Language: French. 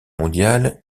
mondiale